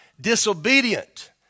disobedient